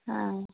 অঁ